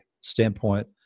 standpoint